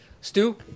Stu